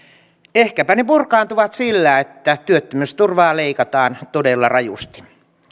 ehkäpä ne purkaantuvat sillä että työttömyysturvaa leikataan todella rajusti ansiosidonnaisen